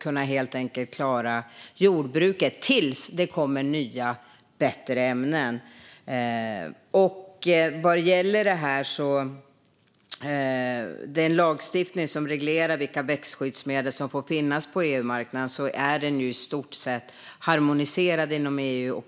för att kunna klara jordbruket tills det kommer nya och bättre ämnen. Den lagstiftning som reglerar vilka växtskyddsmedel som får finnas på EU-marknaden är i stort sett harmoniserad inom EU.